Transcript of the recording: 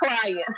client